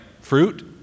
fruit